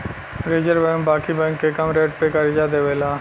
reserve Bank बाकी bank के कम रेट पे करजा देवेला